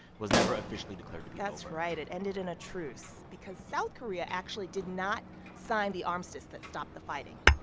was never officially declared to be over that's right. it ended in a truce because south korea actually did not sign the armistice that stopped the fighting.